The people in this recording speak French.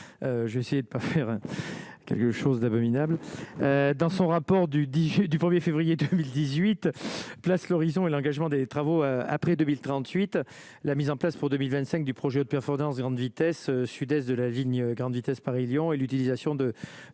ce coït je sais pas faire quelque chose d'abominable dans son rapport du DG du 1er février 2018 places l'horizon et l'engagement des travaux après 2038, la mise en place pour 2025 du projet de performance à grande vitesse sud-est de la ligne grande vitesse, Paris, Lyon et l'utilisation de